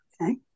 okay